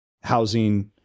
housing